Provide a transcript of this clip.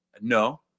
no